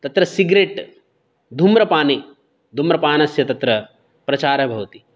तत्र सिग्रेट् धूम्रपाने धूम्रपानस्य तत्र प्रचारः भवति